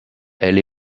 elle